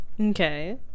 Okay